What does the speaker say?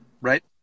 right